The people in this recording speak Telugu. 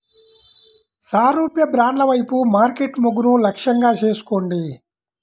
సారూప్య బ్రాండ్ల వైపు మార్కెట్ మొగ్గును లక్ష్యంగా చేసుకోండి